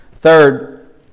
Third